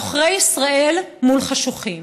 עוכרי ישראל מול חשוכים,